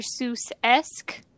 Seuss-esque